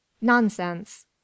Nonsense